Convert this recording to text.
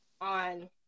on